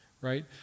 right